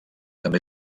també